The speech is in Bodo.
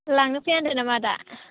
लांनो फैया नामा दा